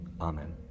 Amen